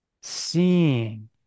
seeing